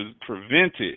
prevented